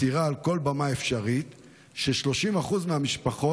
מצהירה על כל במה אפשרית ש-30% מהמשפחות